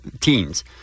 teens